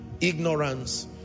ignorance